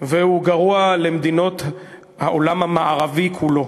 והוא גרוע למדינות העולם המערבי כולו.